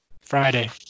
Friday